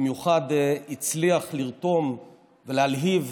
במיוחד הצליח לרתום ולהלהיב